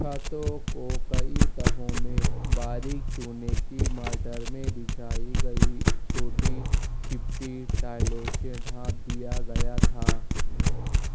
چھاتوں کو کئی تہوں میں باریک چونے کے مارٹر میں بچھائی گئی چھوٹی چپٹی ٹائلوں سے ڈھانپ دیا گیا تھا